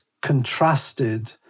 contrasted